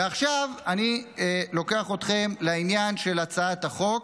ועכשיו אני לוקח אתכם לעניין של הצעת החוק,